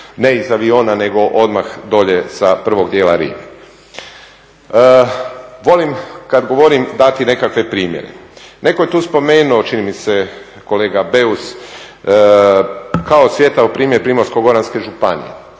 ne iz aviona, nego odmah dolje sa prvog dijela rive. Volim kad govorim dati nekakve primjere. Netko je tu spomenuo, čini mi se kolega Beus, kao … primjer Primorsko-goranske županije.